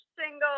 single